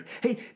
hey